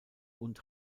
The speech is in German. und